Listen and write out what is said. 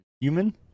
human